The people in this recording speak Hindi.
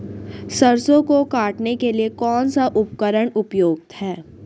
सरसों को काटने के लिये कौन सा उपकरण उपयुक्त है?